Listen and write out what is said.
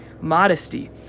modesty